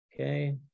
Okay